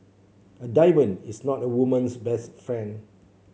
a diamond is not a woman's best friend